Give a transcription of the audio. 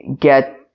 get